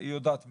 היא יודעת מיד.